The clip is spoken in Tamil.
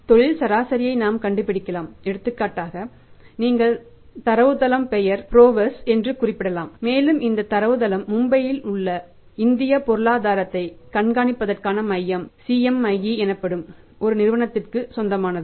எனவே தொழில் சராசரியை நாம் கண்டுபிடிக்கலாம் எடுத்துக்காட்டாக நீங்கள் தரவுத்தளம் பெயர் PROWESS என்று குறிப்பிடலாம் மேலும் இந்த தரவுத்தளம் மும்பை உள்ள இந்திய பொருளாதாரத்தை கண்காணிப்பதற்கான மையம் CMIE எனப்படும் ஒரு நிறுவனத்திற்கு சொந்தமானது